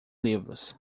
livros